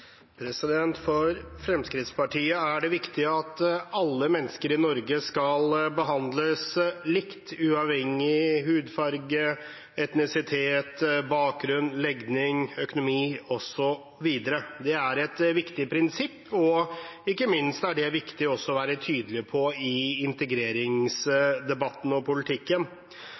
det viktig at alle mennesker i Norge skal behandles likt, uavhengig av hudfarge, etnisitet, bakgrunn, legning, økonomi osv. Det er et viktig prinsipp, og ikke minst er det viktig å være tydelig på det også i integreringsdebatten og